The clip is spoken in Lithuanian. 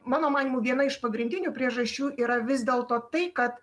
mano manymu viena iš pagrindinių priežasčių yra vis dėlto tai kad